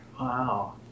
Wow